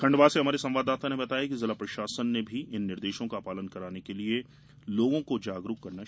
खंडवा में हमारे संवाददाता ने बताया है कि जिला प्रशासन भी इन निर्देशो का पालन करने के लिए लोगों को जागरूक रहा है